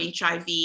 HIV